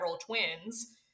twins